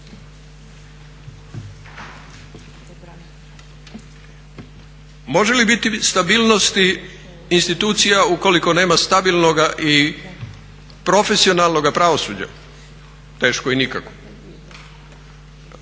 Može li biti stabilnosti institucija ukoliko nema stabilnoga i profesionalnoga pravosuđa? Teško i nikako.